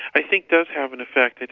i think does have an effect,